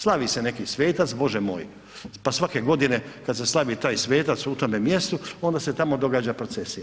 Slavi se neki svetac, Bože moj, pa svake godine kada se slavi taj svetac u tome mjestu onda se tamo događa procesija.